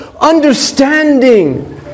understanding